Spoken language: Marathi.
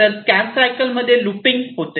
तर स्कॅन सायकलमध्ये लूपिंग होते